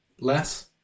Less